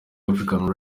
african